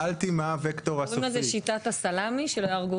צריך גם להרגיל